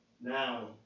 now